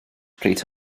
pryd